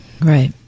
Right